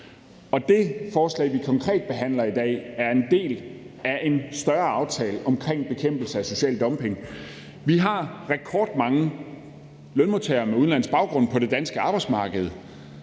Og det forslag, vi konkret behandler i dag, er en del af en større aftale omkring bekæmpelse af social dumping. Vi har rekordmange lønmodtagere med udenlandsk baggrund på det danske arbejdsmarked,